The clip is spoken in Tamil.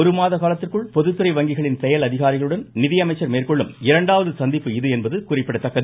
ஒரு மாத காலத்திற்குள் பொதுத்துறை வங்கிகளின் செயல் அதிகாரிகளுடன் நிதியமைச்சா் மேற்கொள்ளும் இரண்டாவது சந்திப்பு இது என்பது குறிப்பிடத்தக்கது